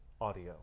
audio